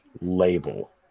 label